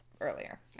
earlier